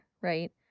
right